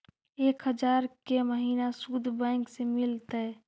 एक हजार के महिना शुद्ध बैंक से मिल तय?